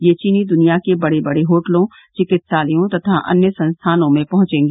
यह चीनी दुनिया के बड़े बड़े होटलों चिकित्सालयों तथा अन्य संस्थानों में पहंचेगी